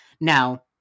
Now